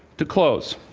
to close,